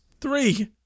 three